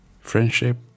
friendship